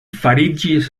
fariĝis